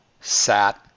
sat